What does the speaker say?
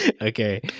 Okay